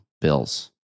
bills